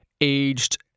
aged